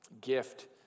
gift